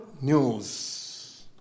news